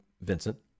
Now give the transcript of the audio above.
Vincent